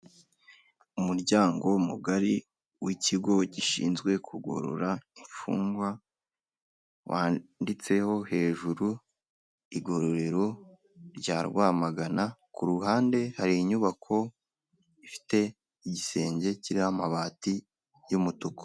Umuryango mugari w'ikigo gishinzwe kugorora imfungwa, wanditseho hejuru "Igororero rya Rwamagana", ku ruhande hari inyubako ifite igisenge kiriho amabati y'umutuku.